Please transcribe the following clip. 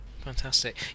Fantastic